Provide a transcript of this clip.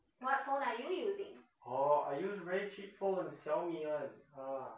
orh I use very cheap phone 小米 one ah